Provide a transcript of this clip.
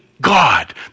God